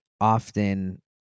often